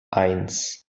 eins